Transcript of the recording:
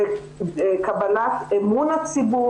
לקבלת אמון הציבור.